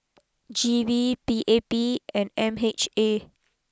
G V P A P and M H A